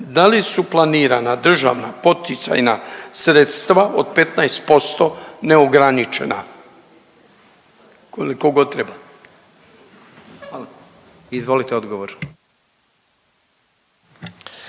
da li su planirana državna poticajna sredstva od 15% neograničena? Koliko god treba. Hvala.